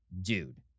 dude